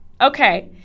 Okay